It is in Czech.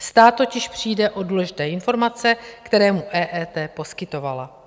Stát totiž přijde o důležité informace, které mu EET poskytovala.